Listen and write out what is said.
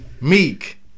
Meek